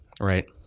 right